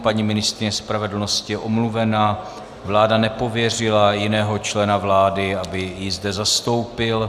Paní ministryně spravedlnosti je omluvena, vláda nepověřila jiného člena vlády, aby ji zde zastoupil.